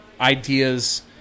Ideas